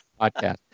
podcast